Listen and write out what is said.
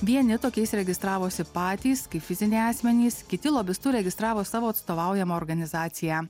vieni tokiais registravosi patys kaip fiziniai asmenys kiti lobistu registravo savo atstovaujamą organizaciją